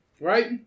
right